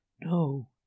no